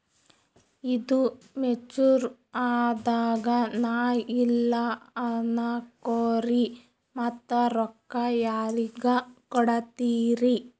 ಈದು ಮೆಚುರ್ ಅದಾಗ ನಾ ಇಲ್ಲ ಅನಕೊರಿ ಮತ್ತ ರೊಕ್ಕ ಯಾರಿಗ ಕೊಡತಿರಿ?